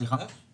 זה חדש או שיפוץ?